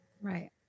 Right